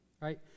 right